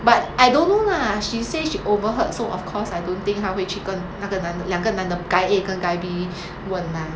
but I don't know lah she say she overheard so of course I don't think 她会去跟那个男的两个男的 guy A 跟 guy B 问 lah